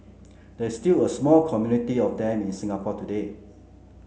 there is still a small community of them in Singapore today